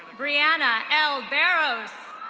brianna l barrows.